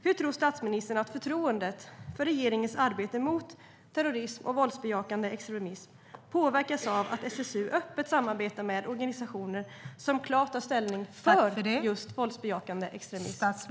Hur tror statsministern att förtroendet för regeringens arbete mot terrorism och våldsbejakande extremism påverkas av att SSU öppet samarbetar med organisationer som klart tar ställning för just våldsbejakande extremism?